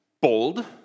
bold